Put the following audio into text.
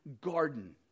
garden